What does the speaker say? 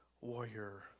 warrior